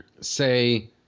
say –